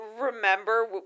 remember